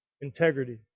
integrity